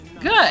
Good